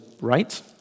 Right